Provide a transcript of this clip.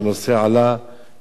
כפי שהוא עלה כך ירד.